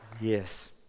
Yes